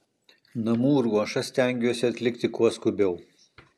namų ruošą stengiuosi atlikti kuo skubiau